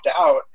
out